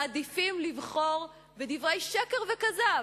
מעדיפים לבחור שקר וכזב.